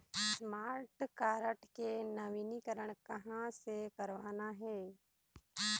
Smart card के नवीनीकरण कहां से करवाना हे?